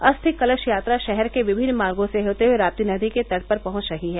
अस्थि कलश यात्रा शहर के विभिन्न मार्गो से होते हुए रासी नदी के तट पर पहुंच रही है